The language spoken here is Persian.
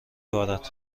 بارد